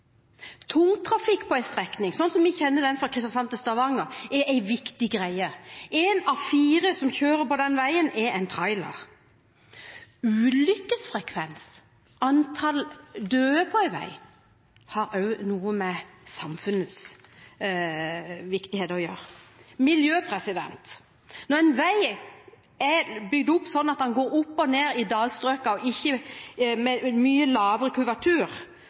Tungtrafikk på en strekning, sånn som vi kjenner den fra Kristiansand til Stavanger, er en viktig greie. Én av fire biler som kjører på den veien, er en trailer. Ulykkesfrekvens og antall døde på en vei har også noe med samfunnsøkonomisk lønnsomhet å gjøre. Det samme har miljø. Når en vei er bygd slik at den går opp og ned i dalstrøkene, og ikke med mye lavere